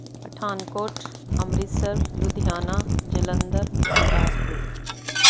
Pathankot Amritsar Ludhiana Jalandhar Gurdaspur